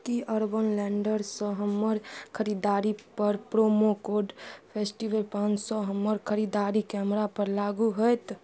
कि अरबन लैडरसे हमर खरिदारीपर प्रोमो कोड फेस्टिव पाँच सओ हमर खरिदारी कैमरापर लागू होएत